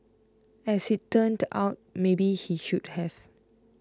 as it turned out maybe he should have